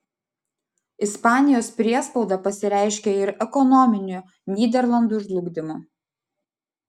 ispanijos priespauda pasireiškė ir ekonominiu nyderlandų žlugdymu